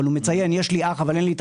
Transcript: והוא מציין יש לי אח אבל אין לי את